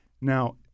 Now